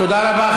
תודה רבה,